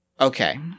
Okay